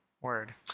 Word